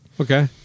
Okay